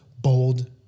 bold